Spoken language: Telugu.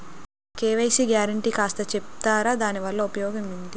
కే.వై.సీ గ్యారంటీ కాస్త చెప్తారాదాని వల్ల ఉపయోగం ఎంటి?